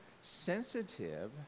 sensitive